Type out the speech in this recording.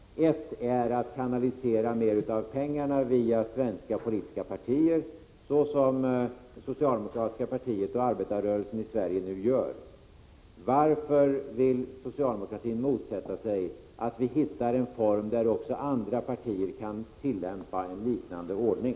Ett sätt är att kanalisera mera av pengarna via svenska politiska partier, så som socialdemokratiska partiet och arbetarrörelsen i Sverige nu gör. Varför vill socialdemokratin motsätta sig att vi hittar en form där också andra partier kan tillämpa en liknande ordning?